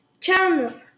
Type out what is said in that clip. channel